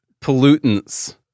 pollutants